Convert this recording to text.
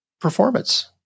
performance